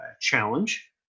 challenge